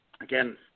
Again